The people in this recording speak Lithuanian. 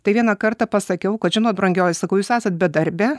tai vieną kartą pasakiau kad žinot brangioji sakau jūs esat bedarbė